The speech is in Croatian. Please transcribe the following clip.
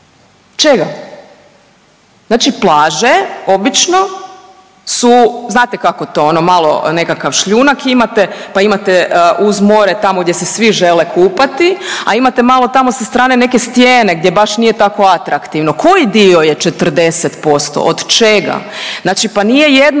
Čega? Znači plaže obično su znate kako to ono malo nekakav šljunak imate, pa imate uz more tamo gdje se svi žele kupati, a imate malo tamo sa strane neke stijene gdje baš nije tako atraktivno. Koji dio je 40%? Od čega? Znači pa nije jednom